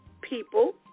people